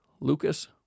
Lucas